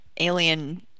alien